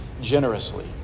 generously